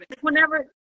Whenever